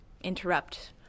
interrupt